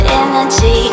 energy